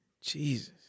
Jesus